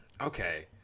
Okay